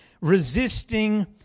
Resisting